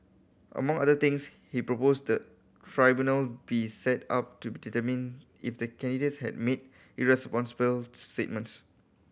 among other things he proposed the tribunal be set up to be determine if the candidate has made irresponsible statements